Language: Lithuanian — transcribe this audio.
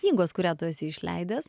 knygos kurią tu esi išleidęs